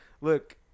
look